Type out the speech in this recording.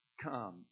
come